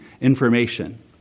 information